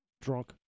drunk